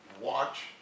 watch